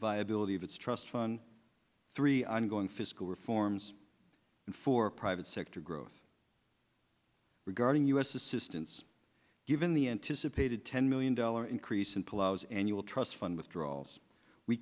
viability of its trust fund three ongoing fiscal reforms and for private sector growth regarding u s assistance given the anticipated ten million dollar increase in palau's annual trust fund withdrawals we